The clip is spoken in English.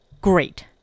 Great